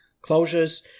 closures